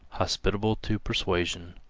hospitable to persuasion,